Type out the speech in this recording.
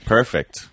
Perfect